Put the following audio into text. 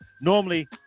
Normally